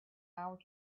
hour